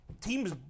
teams